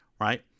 Right